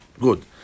Good